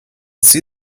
see